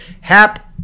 Hap